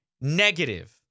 negative